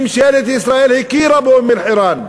ממשלת ישראל הכירה באום-אלחיראן,